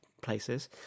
places